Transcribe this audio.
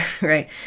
right